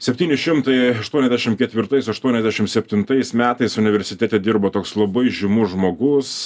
septyni šimtai aštuoniasdešim ketvirtais aštuoniasdešim septintais metais universitete dirbo toks labai žymus žmogus